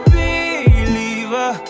believer